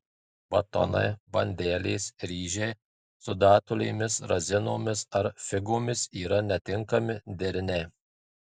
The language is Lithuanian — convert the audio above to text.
batonai bandelės ryžiai su datulėmis razinomis ar figomis yra netinkami deriniai